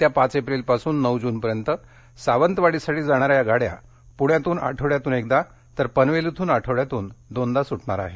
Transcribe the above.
येत्या पाच एप्रिल पासून नऊ जून पर्यंत सावंतवाडीसाठी जाणाऱ्या या गाड्या पुण्याहून आठवड्यात एकदा तर पनवेल येथून आठवड्यात दोनदा सुटणार आहेत